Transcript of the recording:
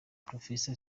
professor